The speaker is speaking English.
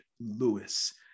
Lewis